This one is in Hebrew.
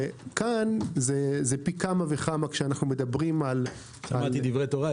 וכאן זה פי כמה וכמה כשאנחנו מדברים על --- שמעתי דברי תורה,